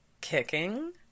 kicking